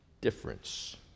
difference